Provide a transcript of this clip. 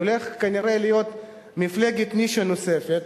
הולכת כנראה להיות מפלגת נישה נוספת,